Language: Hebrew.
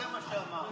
זה מה שאמרתי.